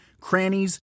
crannies